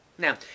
Now